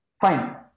fine